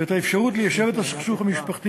ואת האפשרות ליישב את הסכסוך המשפחתי